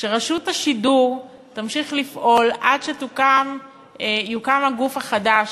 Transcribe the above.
שרשות השידור תמשיך לפעול עד שיוקם הגוף החדש,